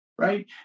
Right